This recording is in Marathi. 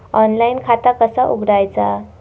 ऑनलाइन खाता कसा उघडायचा?